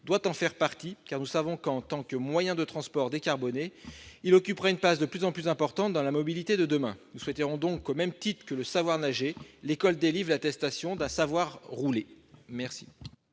doit en faire partie, car nous savons que, en tant que moyen de transport décarboné, le vélo occupera une place toujours plus importante dans la mobilité de demain. Nous souhaitons donc que, au même titre que le « savoir nager », l'école délivre l'attestation d'un « savoir rouler ».